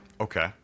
Okay